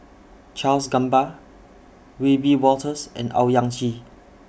Charles Gamba Wiebe Wolters and Owyang Chi